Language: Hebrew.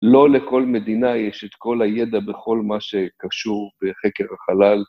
לא לכל מדינה יש את כל הידע בכל מה שקשור בחקר החלל.